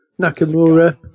Nakamura